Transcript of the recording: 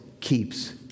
keeps